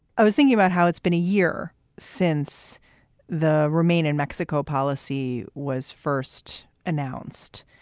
i was thinking about how it's been a year since the remain in mexico policy was first announced.